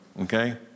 Okay